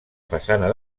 façana